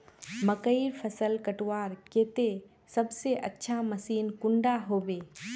मकईर फसल कटवार केते सबसे अच्छा मशीन कुंडा होबे?